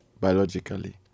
biologically